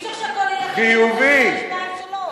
אי-אפשר שהכול ילך, שתיים, שלוש.